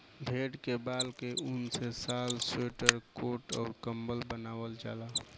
भेड़ के बाल के ऊन से शाल स्वेटर कोट अउर कम्बल बनवाल जाला